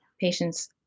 patients